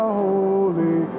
holy